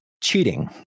cheating